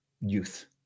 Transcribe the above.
youth